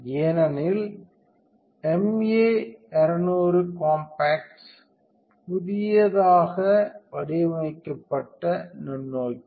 ஏனெனில் MA 200 compacts புதிதாக வடிவமைக்கப்பட்ட நுண்ணோக்கி